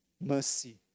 mercy